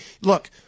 look